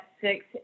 six